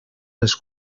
les